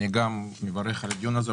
אני גם מברך על הדיון הזה.